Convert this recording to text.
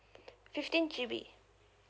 fifteen G_B